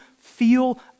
feel